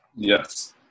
Yes